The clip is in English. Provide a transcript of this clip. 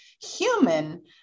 human